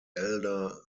elder